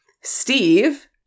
Steve